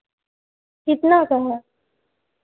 कितने का है